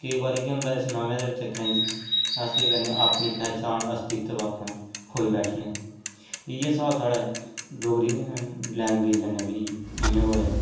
केईं बारी केह् होंदा इस नमें चक्करें च अस केह् करने अपनी पहचान ह्स्ती सब अपना खोई बैठने इ'यै स्हाब साढ़ा डोगरी लैंग्वेज़ कन्नै बी इ'यां गै होया